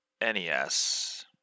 NES